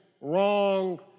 wrong